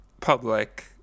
public